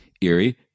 Erie